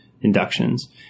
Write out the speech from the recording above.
inductions